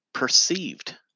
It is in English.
Perceived